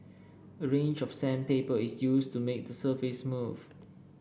a range of sandpaper is used to make the surface smooth